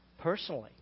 personally